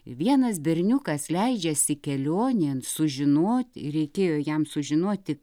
vienas berniukas leidžiasi kelionėn sužinoti reikėjo jam sužinoti